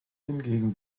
hingegen